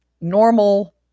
normal